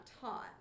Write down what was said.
taught